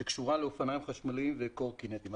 קשורה לאופניים חשמליים ולקורקינטים.